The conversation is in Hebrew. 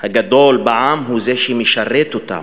הגדול בעם הוא זה שמשרת אותם.